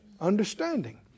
understanding